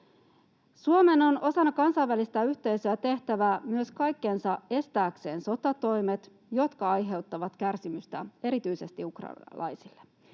Suomen on osana kansainvälistä yhteisöä tehtävä myös kaikkensa estääkseen sotatoimet, jotka aiheuttavat kärsimystä erityisesti ukrainalaisille.